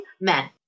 Men